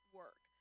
work